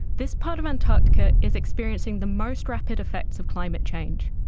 this part of antarctica is experiencing the most rapid effects of climate change.